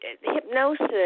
hypnosis